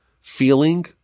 feeling